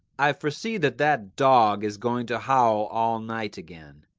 i foresee that that dog is going to howl all night again.